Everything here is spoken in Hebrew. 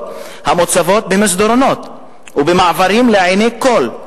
המוצבות במסדרונות ובמעברים לעיני כול,